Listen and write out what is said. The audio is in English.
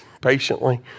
patiently